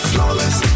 Flawless